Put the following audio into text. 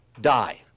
die